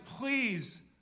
please